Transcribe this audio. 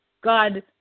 God